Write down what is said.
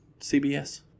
CBS